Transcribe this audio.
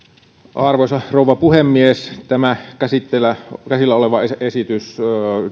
arvoisa rouva puhemies tämä käsillä oleva esitys